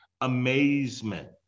amazement